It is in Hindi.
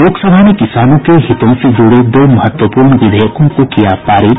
लोकसभा ने किसानों के हितों से जुड़े दो महत्वपूर्ण विधेयकों को किया पारित